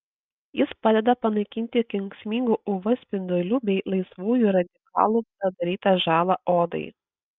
jis padeda panaikinti kenksmingų uv spindulių bei laisvųjų radikalų padarytą žalą odai